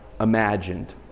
imagined